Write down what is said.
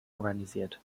organisiert